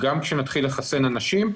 גם כשנתחיל לחסן אנשים,